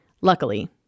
Luckily